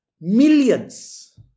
Millions